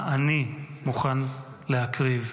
מה אני מוכן להקריב?